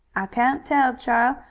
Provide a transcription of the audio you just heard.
i can't tell, chile.